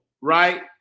right